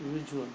visual